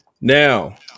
now